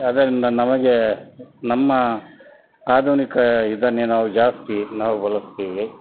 ಅದರಿಂದ ನಮಗೆ ನಮ್ಮ ಆಧುನಿಕ ಇದನ್ನೇ ನಾವು ಜಾಸ್ತಿ ನಾವು ಬಳಸ್ತೀವಿ